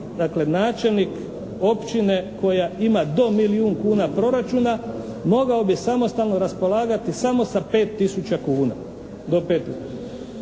dakle načelnik općine koja ima do milijun kuna proračuna mogao bi samostalno raspolagati samo sa 5 tisuća kuna.